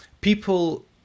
people